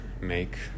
make